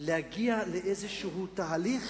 להגיע לאיזה תהליך,